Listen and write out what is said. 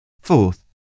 Fourth